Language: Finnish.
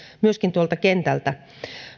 myöskin tuolta kentältä